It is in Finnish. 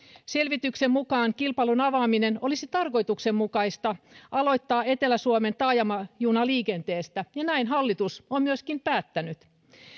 selvityksen mukaan kilpailun avaaminen olisi tarkoituksenmukaista aloittaa etelä suomen taajamajunaliikenteestä ja näin hallitus on myöskin päättänyt